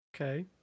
Okay